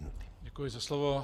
Děkuji za slovo.